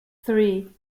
three